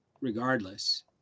regardless